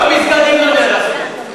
גם מסגדים לא נהרסים.